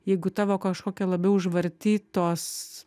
jeigu tavo kažkokia labiau užvartytos